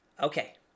okay